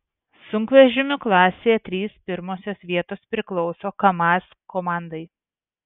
sunkvežimių klasėje trys pirmosios vietos priklauso kamaz komandai